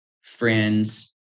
friends